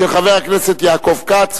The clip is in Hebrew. של חבר הכנסת יעקב כץ.